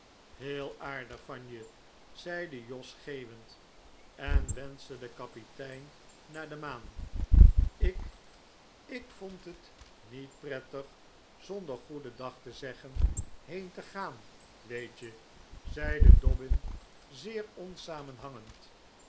heel aardig van je zeide jos geeuwend en wenschte den kapitein naar de maan ik ik vond het niet prettig zonder goeden dag te zeggen heen te gaan weet je zeide dobbin zeer